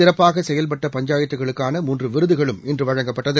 சிறப்பாகசெயல்பட்ட பஞ்சாயத்துகளுக்கான மூன்றுவிருதுகளும் இன்றுவழங்கப்பட்டது